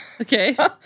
Okay